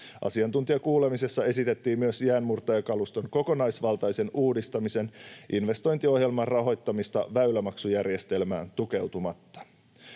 Asiantuntijakuulemisessa esitettiin myös jäänmurtajakaluston kokonaisvaltaisen uudistamisen investointiohjelman rahoittamista väylämaksujärjestelmään tukeutumatta.